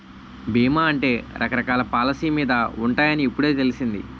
బీమా అంటే రకరకాల పాలసీ మీద ఉంటాయని ఇప్పుడే తెలిసింది